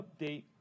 update